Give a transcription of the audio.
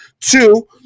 two